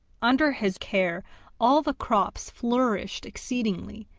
under his care all the crops flourished exceedingly,